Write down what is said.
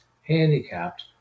handicapped